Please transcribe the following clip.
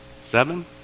Seven